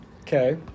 okay